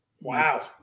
wow